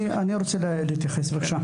אני רוצה להתייחס בבקשה.